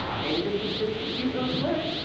maybe this is just a cute little flirt.